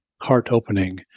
heart-opening